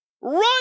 Run